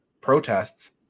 protests